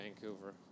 Vancouver